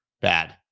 Bad